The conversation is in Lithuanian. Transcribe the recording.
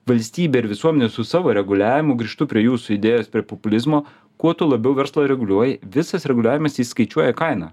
valstybė ir visuomenė su savo reguliavimu grįžtu prie jūsų idėjos prie populizmo kuo tu labiau verslą reguliuoji visas reguliavimas įsiskaičiuoja į kainą